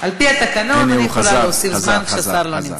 על-פי התקנון, אני יכולה להוסיף זמן כששר לא נמצא.